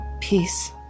Peace